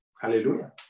Hallelujah